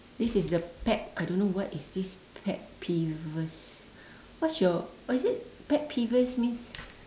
this is the pet I don't know what is this pet peeves what is your oh is it pet peeves means